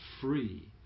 free